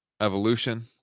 Evolution